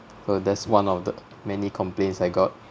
so that's one of the many complaints I got